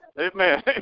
Amen